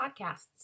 Podcasts